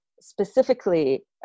specifically